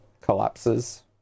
collapses